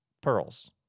pearls